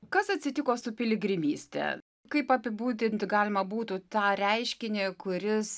kas atsitiko su piligrimyste kaip apibūdinti galima būtų tą reiškinį kuris